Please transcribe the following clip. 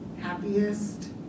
happiest